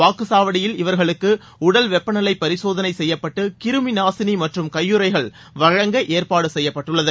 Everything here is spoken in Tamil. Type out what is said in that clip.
வாக்குச்சாவடியில் இவர்களுக்கு உடல் வெப்பநிலைபரிசோதனைசெய்யப்பட்டு கிருமிநாசினிமற்றும் கையுறைகள் வழங்க ஏற்பாடுசெய்யப்பட்டுள்ளது